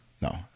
No